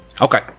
Okay